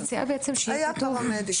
היה פרמדיק.